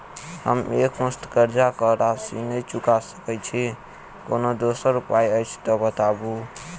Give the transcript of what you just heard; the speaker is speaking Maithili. हम एकमुस्त कर्जा कऽ राशि नहि चुका सकय छी, कोनो दोसर उपाय अछि तऽ बताबु?